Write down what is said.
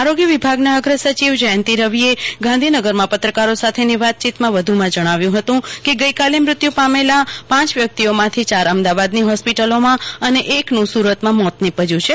આરોગ્ય વિભાગના અગ્ર સાંચવ જયંતિ રવિએ ગાંધોનગરમાં પત્રકારો સાથેની વાતચીતમાં વધુ માં જણાવ્યું હતું કે ગઈકાલે મૃત્યુ પામેલા પાચ વ્યકિતઓમાંથી અમદાવાદની હોસ્પિટલોમાં અને એકનું સુરતમાં મોત નિપજયું છે